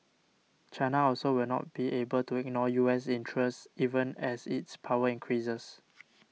China also will not be able to ignore U S interests even as its power increases